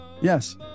yes